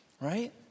Right